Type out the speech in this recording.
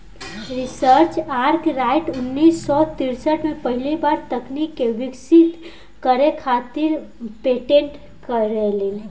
Richard Arkwright उन्नीस सौ तिरसठ में पहिला बेर तकनीक के विकसित करे खातिर पेटेंट करइलन